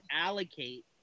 allocate